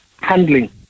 handling